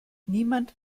niemand